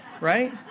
right